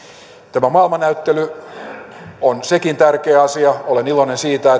tämä maailmannäyttely on sekin tärkeä asia olen iloinen siitä